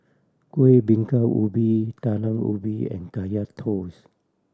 Kueh Bingka Ubi Talam Ubi and Kaya Toast